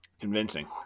Convincing